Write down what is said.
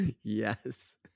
Yes